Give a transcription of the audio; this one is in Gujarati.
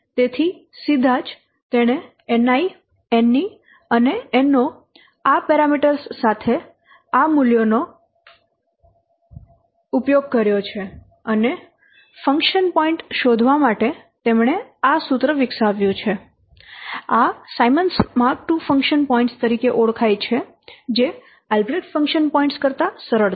તેથી સીધા જ તેણે Ni Ne અને No આ પેરામીટર્સ સાથે આ મૂલ્યોનો ઉપયોગ કર્યો છે અને ફંકશન પોઇન્ટ શોધવા માટે તેમણે આ સૂત્ર વિકસાવ્યું છે આ Symons mark II function points તરીકે ઓળખાય છે જે આલ્બ્રેક્ટ ફંક્શન પોઇન્ટ કરતાં સરળ છે